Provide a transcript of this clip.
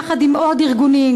יחד עם עוד ארגונים,